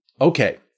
Okay